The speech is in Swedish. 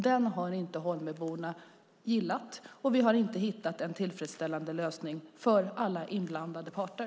Den har Holmöborna inte gillat, och vi har inte hittat en tillfredsställande lösning för alla inblandade parter.